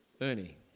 Ernie